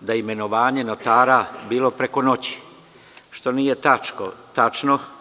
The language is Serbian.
da je imenovanje notara bilo preko noći, što nije tačno.